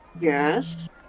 Yes